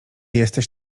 jesteś